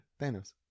Thanos